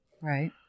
Right